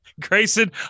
Grayson